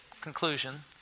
conclusion